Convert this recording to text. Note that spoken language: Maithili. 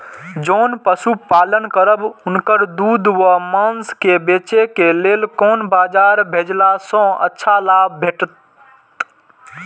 जोन पशु पालन करब उनकर दूध व माँस के बेचे के लेल कोन बाजार भेजला सँ अच्छा लाभ भेटैत?